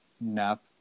nap